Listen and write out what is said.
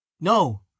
No